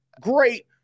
great